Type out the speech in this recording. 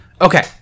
Okay